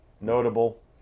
notable